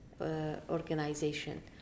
organization